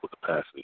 capacity